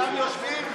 כולם יושבים?